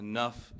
Enough